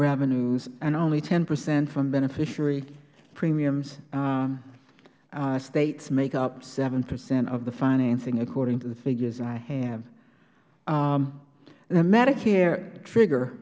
revenues and only ten percent from beneficiary premiums states make up seven percent of the financing according to the figures i have the medicare trigger